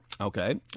okay